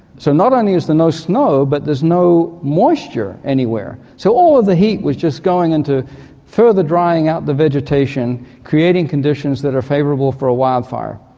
so not only is there no snow but there's no moisture anywhere. so all of the heat was just going into further drying out the vegetation, creating conditions that are favourable for a wildfire.